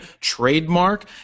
trademark